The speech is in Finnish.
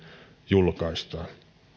julkaistaan